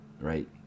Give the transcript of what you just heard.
right